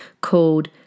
called